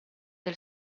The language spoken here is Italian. del